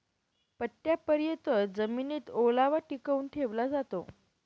पट्टयापर्यत जमिनीत ओलावा टिकवून ठेवला जातो